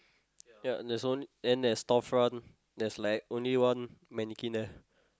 ya there's only there's store front there's like only one mannequin there